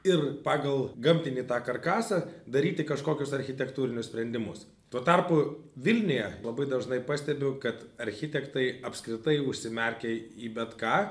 ir pagal gamtinį karkasą daryti kažkokius architektūrinius sprendimus tuo tarpu vilniuje labai dažnai pastebiu kad architektai apskritai užsimerkia į bet ką